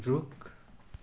रुख